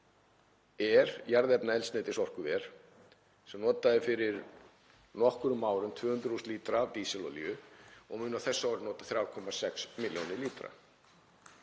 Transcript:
er jarðefnaeldsneytisorkuver sem notaði fyrir nokkrum árum 200.000 lítra af dísilolíu og mun á þessu ári nota 3,6 milljónir lítra.